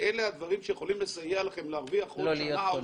אלה הדברים שיכולים לסייע לכם להרוויח עוד שנה או